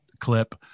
clip